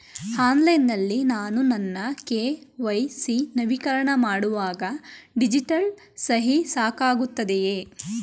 Online ನಲ್ಲಿ ನಾನು ನನ್ನ ಕೆ.ವೈ.ಸಿ ನವೀಕರಣ ಮಾಡುವಾಗ ಡಿಜಿಟಲ್ ಸಹಿ ಸಾಕಾಗುತ್ತದೆಯೇ?